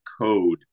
code